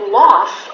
loss